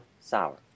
sour